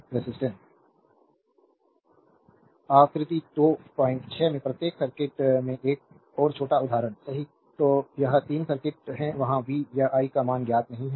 slide time देखें 2511 आकृति 26 में प्रत्येक सर्किट में एक और छोटा उदाहरण सही तो यह 3 सर्किट हैं वहां v या i का मान ज्ञात नहीं है